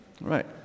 Right